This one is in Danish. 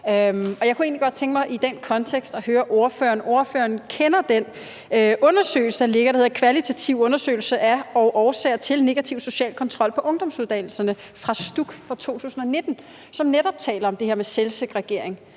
og jeg kunne egentlig godt tænke mig i den kontekst at høre ordføreren om noget. Ordføreren kender den undersøgelse, der ligger, der hedder »Kvalitativ undersøgelse af karakteren af og årsager til negativ social kontrol på ungdomsuddannelserne« lavet for STUK i 2019, som netop taler om det her med selvsegregering,